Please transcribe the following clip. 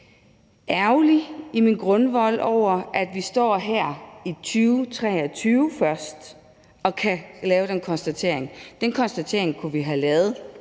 ærgerlig i min grundvold over, at vi først står her i 2023 og kan nå til den konstatering. Den konstatering kunne vi have nået